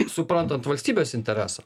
suprantant valstybės interesą